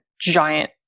giant